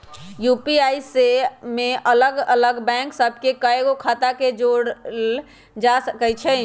UPI में अलग अलग बैंक सभ के कएगो खता के जोड़ल जा सकइ छै